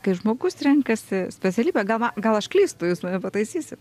kai žmogus renkasi specialybę gal va gal aš klystu jūs mane pataisysit